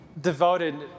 devoted